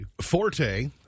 Forte